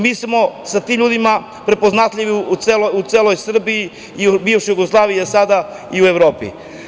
Mi smo sa tim ljudima prepoznatljivi u celoj Srbiji, bivšoj Jugoslaviji, a sada i u Evropi.